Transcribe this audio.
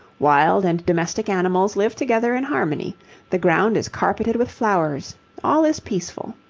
wild and domestic animals live together in harmony the ground is carpeted with flowers all is peaceful.